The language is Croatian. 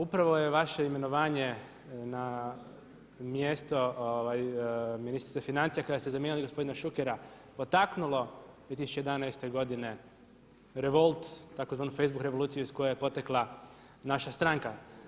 Upravo je vaše imenovanje na mjesto ministrice financija kada ste zamijenili gospodina Šukera potaknulo 2011. godine revolt, tzv. facebook revoluciju iz koje je potekla naša stranka.